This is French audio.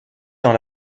dans